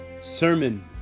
sermon